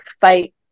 fight